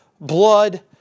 blood